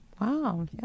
Wow